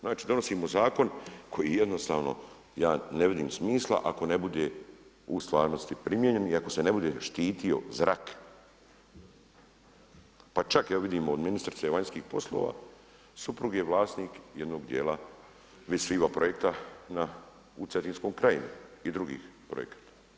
Znači, donosimo zakon koji jednostavno, ja ne vidim smisla ako ne bude u stvarnosti primijenjen i kako se ne bude štitio zrak, pa čak ja vidim i od ministrice vanjskih poslova, suprug je vlasnik jednog dijela Vis Viva projekta u Cetinskoj krajini i drugih projekata.